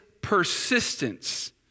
persistence